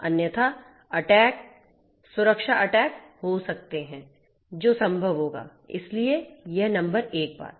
अन्यथा अटैक सुरक्षा अटैक हो सकते हैं जो संभव होगा इसलिए यह नंबर एक है